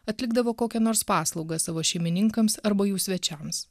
atlikdavo kokią nors paslaugą savo šeimininkams arba jų svečiams